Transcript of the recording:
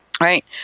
right